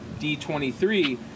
d23